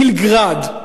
טיל "גראד".